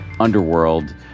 Underworld